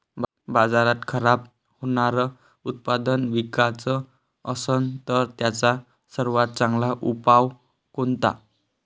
बाजारात खराब होनारं उत्पादन विकाच असन तर त्याचा सर्वात चांगला उपाव कोनता?